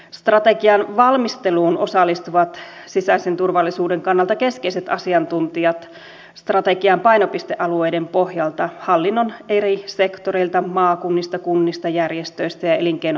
strategian valmisteluun osallistuvat sisäisen turvallisuuden kannalta keskeiset asiantuntijat strategian painopistealueiden pohjalta hallinnon eri sektoreilta maakunnista kunnista järjestöistä ja elinkeinoelämästä